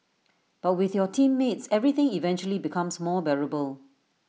but with your teammates everything eventually becomes more bearable